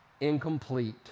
incomplete